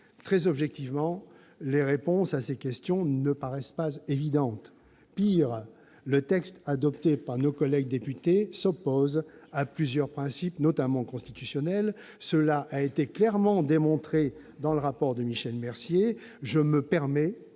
Très objectivement, les réponses à ces questions ne paraissent pas évidentes. Pis, le texte adopté par nos collègues députés s'oppose à plusieurs principes, notamment constitutionnels. Michel Mercier l'a clairement démontré dans son rapport. Avec son autorisation, je me permets